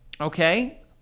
Okay